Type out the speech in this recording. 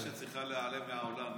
זאת מפלגה שצריכה להיעלם מהעולם.